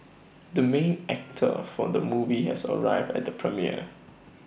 the main actor for the movie has arrived at the premiere